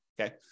okay